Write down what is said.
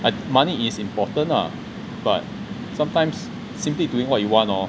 at money is important lah but sometimes simply doing what you want hor